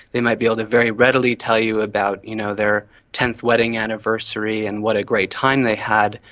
they might be able to very readily tell you about you know their tenth wedding anniversary and what a great time they had,